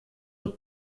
the